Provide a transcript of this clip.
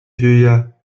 süüa